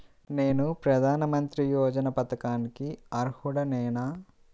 నేను ప్రధాని మంత్రి యోజన పథకానికి అర్హుడ నేన?